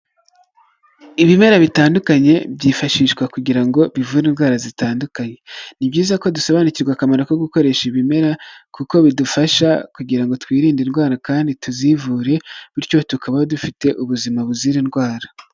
Ibimera bitandukanye byifashishwa kugira ngo bivure indwara zitandukanye, ni byiza ko dusobanukirwa akamaro ko gukoresha ibimera kuko bidufasha kugira ngo twirinde indwara kandi tuzivure bityo tukabaho dufite ubuzima buzira indwara.